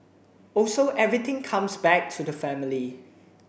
also everything comes back to the family